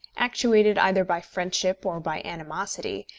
actuated either by friendship or by animosity,